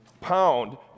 Pound